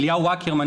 אליהו אקרמן,